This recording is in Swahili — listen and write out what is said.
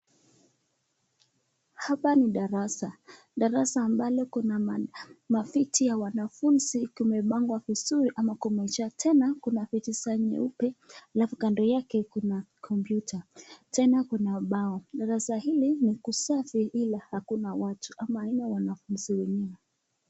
Hapa ni darasa, darasa ambalo kuna maviti ya wanafunzi imepangwa vizuri ama kumejaa tena kuna viti za nyeupe alafu tena kando yake kuna komputa, tena kuna ubao, darasa hili ni kusafi ila hakuna watu, ama haina wanafunzi wenyewe.